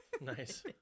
nice